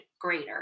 greater